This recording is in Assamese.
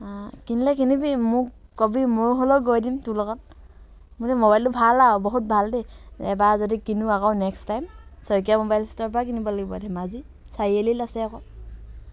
কিনিলে কিনিবি মোক কবি মই হ'ল'ও গৈ দিম তোৰ লগত মোৰ যে মোবাইলটো ভাল আৰু বহুত ভাল দেই এবাৰ যদি কিনো আকৌ নেক্সট টাইম শইকীয়া মোবাইল ষ্ট'ৰৰ পৰাই কিনিব লাগিব নেক্সট টাইম চাৰিআলিত আছে আকৌ